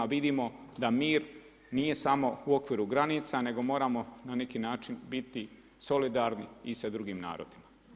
Vidimo da mir nije samo u okviru granica nego moramo na neki način biti solidarni i sa drugim narodima.